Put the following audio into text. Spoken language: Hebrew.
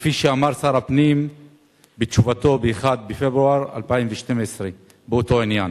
כפי שאמר שר הפנים בתשובתו ב-1 בפברואר 2012 באותו עניין.